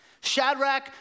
Shadrach